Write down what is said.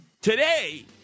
Today